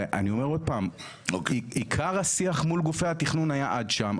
ואני אומר עוד פעם עיקר השיח מול גופי התכנון היה עד שם.